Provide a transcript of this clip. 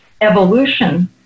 evolution